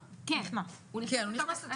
כן, הוא נכנס לתוקף.